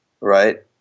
right